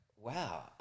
wow